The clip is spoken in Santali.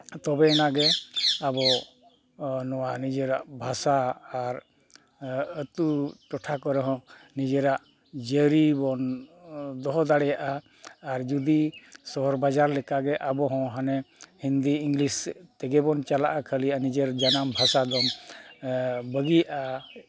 ᱛᱚᱵᱮᱭᱟᱱᱟ ᱜᱮ ᱟᱵᱚ ᱱᱚᱣᱟ ᱱᱤᱡᱮᱨᱟᱜ ᱵᱷᱟᱥᱟ ᱟᱨ ᱟᱹᱛᱩ ᱴᱚᱴᱷᱟ ᱠᱚᱨᱮ ᱦᱚᱸ ᱱᱤᱡᱮᱨᱟᱜ ᱡᱟᱹᱨᱤ ᱵᱚᱱ ᱫᱚᱦᱚ ᱫᱟᱲᱮᱭᱟᱜᱼᱟ ᱟᱨ ᱡᱩᱫᱤ ᱥᱚᱦᱚᱨ ᱵᱟᱡᱟᱨ ᱞᱮᱠᱟᱜᱮ ᱟᱵᱚᱦᱚᱸ ᱦᱟᱱᱮ ᱦᱤᱱᱫᱤ ᱤᱝᱞᱤᱥ ᱛᱮᱜᱮᱵᱚᱱ ᱪᱟᱞᱟᱜᱼᱟ ᱠᱷᱟᱹᱞᱤ ᱟᱨ ᱱᱤᱡᱮᱨ ᱡᱟᱱᱟᱢ ᱵᱷᱟᱥᱟ ᱫᱚ ᱵᱟᱹᱜᱤᱭᱟᱜᱼᱟ